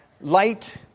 light